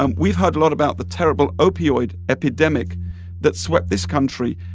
um we've heard a lot about the terrible opioid epidemic that swept this country,